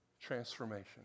transformation